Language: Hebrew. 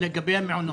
מה,